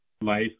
life